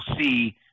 see